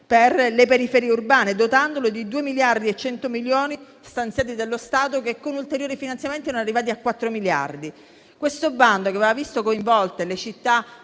per le periferie urbane, dotandolo di 2 miliardi e 100 milioni stanziati dallo Stato che, con ulteriori finanziamenti, erano arrivati a 4 miliardi. Questo bando, che aveva visto coinvolte le città